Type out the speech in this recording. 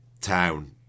town